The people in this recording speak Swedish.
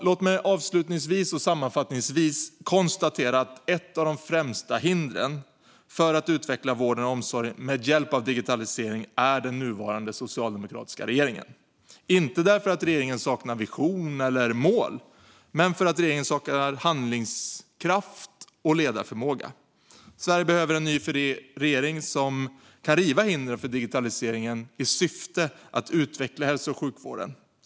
Låt mig avslutnings och sammanfattningsvis konstatera att ett av de främsta hindren för att utveckla vården och omsorgen med hjälp av digitalisering är den nuvarande socialdemokratiska regeringen, inte för att regeringen saknar visioner och mål utan för att regeringen saknar handlingskraft och ledarförmåga. Sverige behöver en ny regering som kan riva hindren för digitaliseringen i syfte att utveckla hälso och sjukvården.